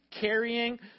...carrying